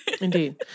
Indeed